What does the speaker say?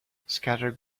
scattered